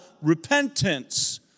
repentance